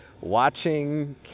watching